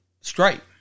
Stripe